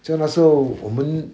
就那时候我们